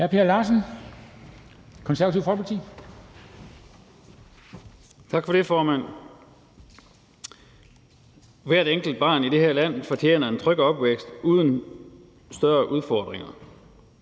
Per Larsen (KF): Tak for det, formand. Hvert enkelt barn i det her land fortjener en tryg opvækst uden større udfordringer.